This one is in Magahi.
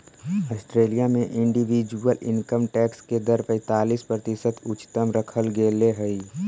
ऑस्ट्रेलिया में इंडिविजुअल इनकम टैक्स के दर पैंतालीस प्रतिशत उच्चतम रखल गेले हई